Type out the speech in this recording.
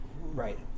Right